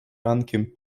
rankiem